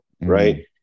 right